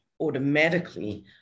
automatically